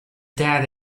dead